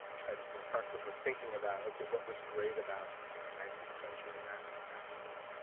tried to do in part cause we're thinking about, okay, what was great about nineteenth century maps and atlases?